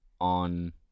on